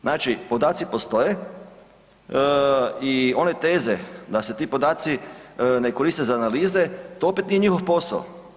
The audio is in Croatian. Znači podaci postoje i one teze da se ti podaci ne koriste za analize, to opet nije njihov posao.